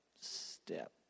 step